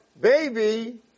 baby